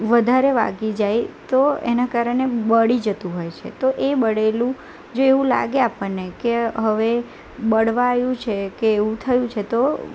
વધારે વાગી જાય તો એના કારણે બળી જતું હોય છે તો એ બળેલું જેવું લાગે આપણને કે હવે બળવા આવ્યું છે કે એવું થયું છે તો